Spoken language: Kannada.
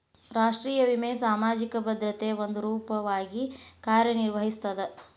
ರಾಷ್ಟ್ರೇಯ ವಿಮೆ ಸಾಮಾಜಿಕ ಭದ್ರತೆಯ ಒಂದ ರೂಪವಾಗಿ ಕಾರ್ಯನಿರ್ವಹಿಸ್ತದ